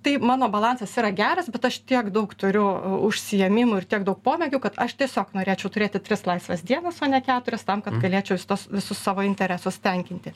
tai mano balansas yra geras bet aš tiek daug turiu užsiėmimų ir tiek daug pomėgių kad aš tiesiog norėčiau turėti tris laisvas dienas o ne keturias tam kad galėčiau tuos visus savo interesus tenkinti